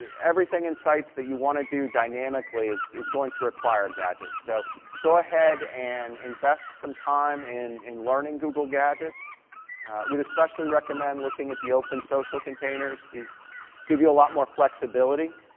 everything in sites that you want to do dynamically is is going to require gadgets, so go ahead and invest some time in in learning google gadgets. i would especially recommend looking at the open social containers, these give you a lot more flexibility.